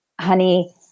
honey